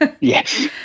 Yes